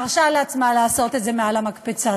מרשה לעצמה לעשות את זה מעל המקפצה.